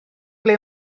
ble